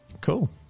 Cool